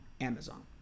Amazon